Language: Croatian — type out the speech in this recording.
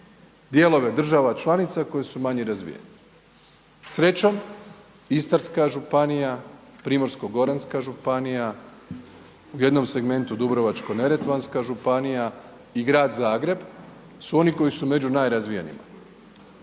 dijelove država članica koje su manje razvijene. Srećom, Istarska županija, Primorsko-goranska županija, u jednog segmentu, Dubrovačko-neretvanska županija i grad Zagreb su oni koji su među najrazvijenijima